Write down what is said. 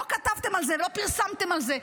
לא כתבתם על זה,